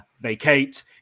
vacate